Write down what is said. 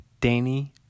Danny